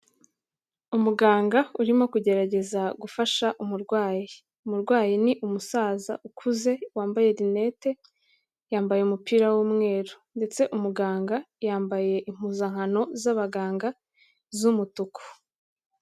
Umuganga urimo kugerageza gufasha umurwayi, umurwayi ni umusaza ukuze wambaye rinete, yambaye umupira w'umweru ndetse umuganga yambaye impuzankano z'abaganga z'umutuku.